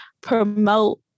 promote